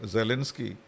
Zelensky